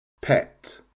pet